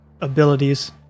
abilities